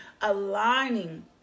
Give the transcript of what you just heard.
aligning